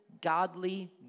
godly